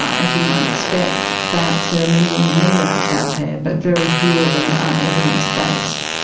as you might expect, that there are many, many apps out there, but very few of them are evidence based.